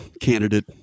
candidate